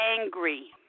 angry